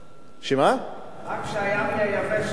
רק כשהים יהיה יבש הם ייזכרו.